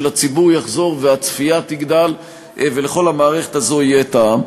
הציבור יחזור והצפייה תגדל ולכל המערכת הזו יהיה טעם.